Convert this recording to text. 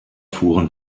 fuhren